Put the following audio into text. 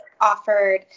offered